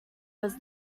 was